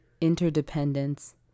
interdependence